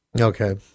Okay